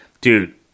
Dude